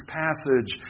passage